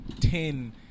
ten